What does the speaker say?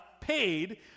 paid